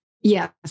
Yes